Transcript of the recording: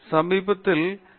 பேராசிரியர் அரிந்தமா சிங் ஆம்